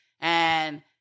And-